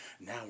Now